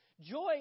Joy